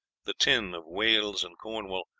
the tin of wales and cornwall,